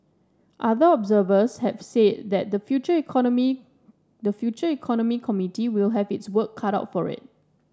other observers have said the Future Economy the Future Economy Committee will have its work cut out for it